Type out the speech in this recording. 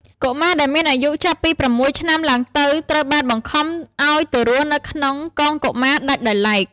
កុមារដែលមានអាយុចាប់ពី ៦ ឆ្នាំឡើងទៅ ត្រូវបានបង្ខំឱ្យទៅរស់នៅក្នុង «កងកុមារ» ដាច់ដោយឡែក។